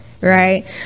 Right